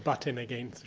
but in, again,